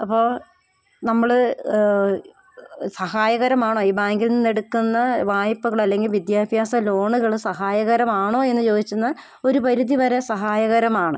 അപ്പോൾ നമ്മൾ സഹായകരമാണോ ഈ ബാങ്ക്ന്നെട്ക്ക്ന്ന് വായ്പകൾ അല്ലെങ്കിൽ വിദ്യാഭ്യാസ ലോണ്കൾ സഹായകരമാണോ എന്ന് ചോദിച്ചെന്നാൽ ഒരു പരിധി വരെ സഹായകരമാണ്